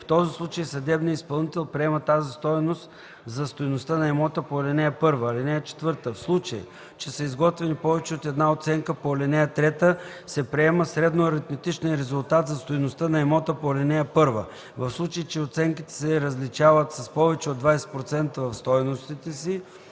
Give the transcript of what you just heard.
В този случай съдебният изпълнител приема тази стойност за стойността на имота по ал. 1. (4) В случай, че са изготвени повече от една оценка по ал. 3 се приема средноаритметичния резултат за стойността на имота по ал. 1. В случай, че оценките се различават с повече от 20% в стойностите си,